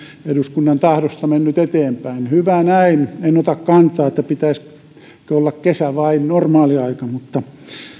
eduskunnan tahdosta mennyt eteenpäin hyvä näin en ota kantaa pitäisikö olla kesä vai normaaliaika mutta